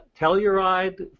Telluride